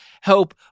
help